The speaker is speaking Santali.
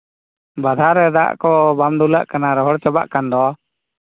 ᱵᱟᱫᱷᱟ ᱨᱮ ᱫᱟᱜ ᱠᱚ ᱵᱟᱢ ᱫᱩᱞᱟᱜ ᱠᱟᱱᱟ ᱨᱚᱦᱚᱲ ᱪᱟᱵᱟᱜ ᱠᱟᱱ ᱫᱚ